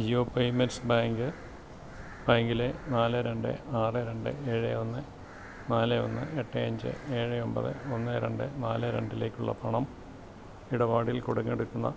Jio payments bank ബാങ്കിലെ നാല് രണ്ട് ആറ് രണ്ട് ഏഴ് ഒന്ന് നാല് ഒന്ന് എട്ട് അഞ്ച് ഏഴ് ഒമ്പത് ഒന്ന് രണ്ട് നാല് രണ്ടിലേക്കുള്ള പണം ഇടപാടിൽ കൂടുങ്ങിക്കിടയ്ക്കുന്ന